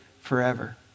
forever